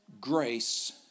grace